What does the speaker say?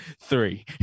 Three